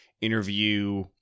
interview